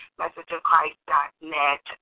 messageofchrist.net